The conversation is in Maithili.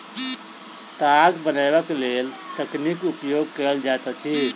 ताग बनयबाक लेल तकलीक उपयोग कयल जाइत अछि